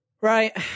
Right